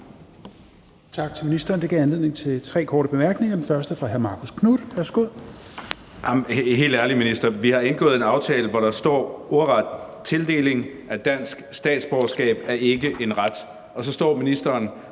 Tak til ministeren. Det gav anledning til tre korte bemærkninger, og den første er fra hr. Marcus Knuth. Værsgo. Kl. 18:28 Marcus Knuth (KF): Helt ærligt, minister, vi har indgået en aftale, hvor der ordret står: Tildeling af dansk statsborgerskab er ikke en ret. Og så står ministeren